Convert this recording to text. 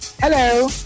Hello